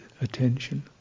attention